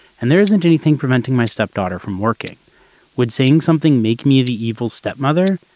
and there isn't anything preventing my stepdaughter from working would seeing something make me the evil stepmother.